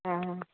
ହଁ